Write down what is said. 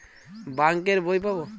Bank এর বই পাবো?